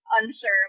unsure